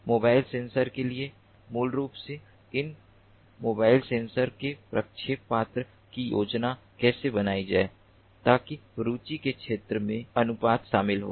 mobile sensor के लिए मूल रूप से इन मोबाइल सेंसर के प्रक्षेप पथ की योजना कैसे बनाई जाए ताकि रुचि के क्षेत्र में अनुपात शामिल हो